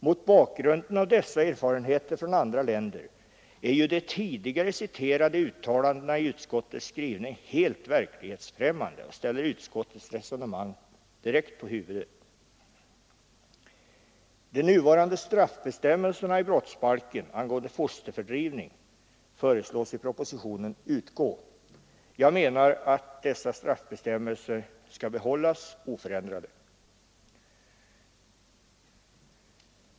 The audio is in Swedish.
Mot bakgrund av dessa erfarenheter från andra länder är ju de tidigare citerade uttalandena i utskottets skrivning helt verklighetsfrämmande. Erfarenheterna ställer utskottets resonemang direkt på huvudet. De nuvarande straffbestämmelserna i brottsbalken angående fosterfördrivning föreslås i propositionen utgå. Jag anser att dessa straffbestämmelser skall behållas oförändrade.